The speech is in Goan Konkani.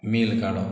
मेल काडप